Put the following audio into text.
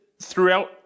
Throughout